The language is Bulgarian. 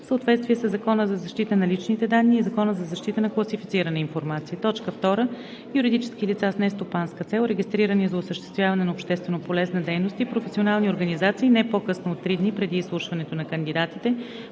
съответствие със Закона за защита на личните данни и Закона за защита на класифицираната информация. 2. Юридически лица с нестопанска цел, регистрирани за осъществяване на общественополезна дейност и професионални организации, не по-късно от три дни преди изслушването на кандидатите,